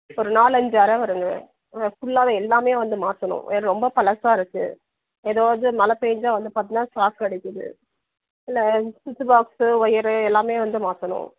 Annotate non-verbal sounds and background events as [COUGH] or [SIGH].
ஒரு நாலஞ்சு அறை வருங்க ஆ ஃபுல்லாகவே எல்லாமே வந்து மாற்றணும் [UNINTELLIGIBLE] ரொம்ப பழசாக இருக்குது ஏதோ இது மழை பெஞ்சா வந்து பார்த்திங்கன்னா ஷாக் அடிக்கிது இல்லை ஸ்விட்ச்சு பாக்ஸு ஒயரு எல்லாமே வந்து மாற்றணும்